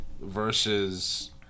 versus